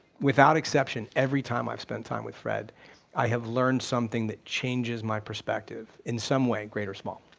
without exception, every time i've spent time with fred i have learned something that changes my perspective in some way, great or small.